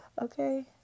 Okay